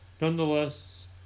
Nonetheless